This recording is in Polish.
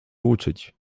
uczyć